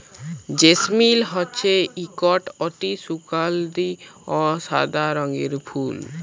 জেসমিল হছে ইকট অতি সুগাল্ধি অ সাদা রঙের ফুল